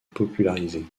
popularisé